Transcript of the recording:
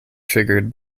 triggered